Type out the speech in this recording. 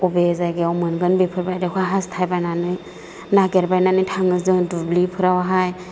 बबे जायगायाव मोनगोन बेफोरबायदिखौ हास्थायबायनानै नागिरबायनानै थाङो जों दुब्लिफोरावहाय